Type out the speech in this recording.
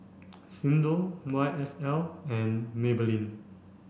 Xndo Y S L and Maybelline